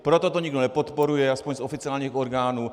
Proto to nikdo nepodporuje, aspoň z oficiálních orgánů.